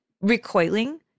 recoiling